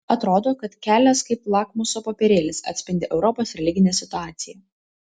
atrodo kad kelias kaip lakmuso popierėlis atspindi europos religinę situaciją